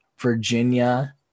virginia